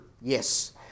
Yes